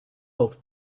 both